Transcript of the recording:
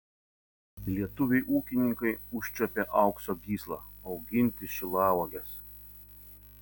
lietuviai ūkininkai užčiuopė aukso gyslą auginti šilauoges